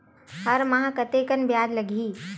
हर माह कतेकन ब्याज लगही?